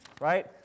right